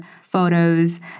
photos